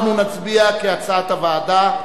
נצביע כהצעת הוועדה.